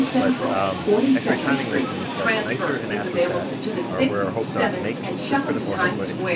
but um x-ray timing missions like nicer and astrosat are where our hopes are to make this critical headway,